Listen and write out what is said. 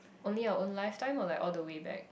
only our own lifetime or like all the way back